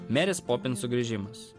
merės popins sugrįžimas